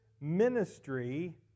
ministry